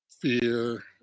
fear